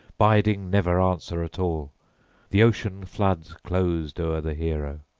biding never answer at all the ocean floods closed o'er the hero.